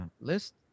list